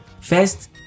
First